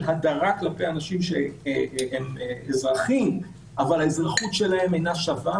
של הדרה כלפי אנשים שהם אזרחים אבל האזרחות שלהם אינה שווה,